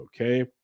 okay